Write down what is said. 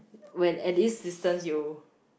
when add this system use